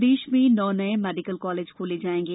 प्रदेश में नौ नए मेडिकल कॉलेज खोले जाएंगे